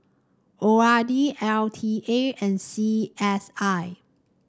O R D L T A and C S I